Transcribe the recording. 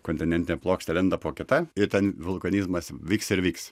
kontinentinė plokštė lenda po kita ir ten vulkanizmas vyks ir vyks